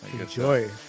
Enjoy